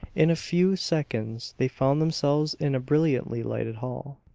in a few seconds they found themselves in a brilliantly lighted hall,